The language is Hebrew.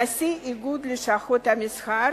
נשיא איגוד לשכות המסחר,